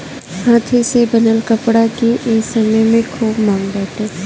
हाथे से बनल कपड़ा के ए समय में खूब मांग बाटे